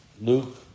Luke